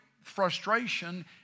frustration